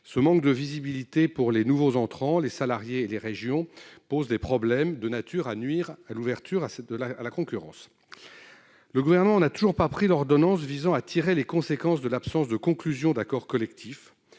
Ce manque de visibilité pour les nouveaux entrants, les salariés et les régions est de nature à nuire à l'ouverture à la concurrence. Et le Gouvernement n'a toujours pas pris l'ordonnance visant à tirer les conséquences de l'absence de conclusion d'accord collectif.